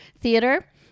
theater